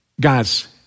Guys